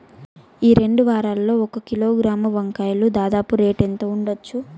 ఈ రెండు వారాల్లో ఒక కిలోగ్రాము వంకాయలు దాదాపు రేటు ఎంత ఉండచ్చు?